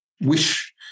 wish